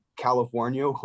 California